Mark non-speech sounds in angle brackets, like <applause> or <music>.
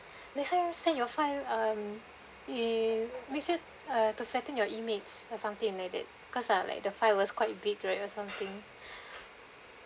next time still you find um you makes you(uh) perfecting your image or something like that because um like the file was quite big right or something <breath>